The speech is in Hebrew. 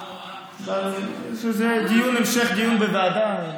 דיון המשך, דיון בוועדה.